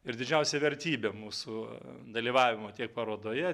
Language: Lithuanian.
ir didžiausia vertybė mūsų dalyvavimo tiek parodoje